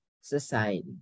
society